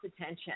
attention